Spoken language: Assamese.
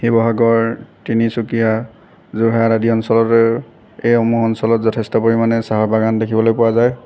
শিৱসাগৰ তিনিচুকীয়া যোৰহাট আদি অঞ্চলতো সেইসমূহ অঞ্চলত যথেষ্ট পৰিমাণে চাহৰ বাগান দেখিবলৈ পোৱা যায়